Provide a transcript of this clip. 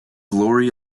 laurie